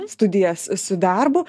studijas su darbu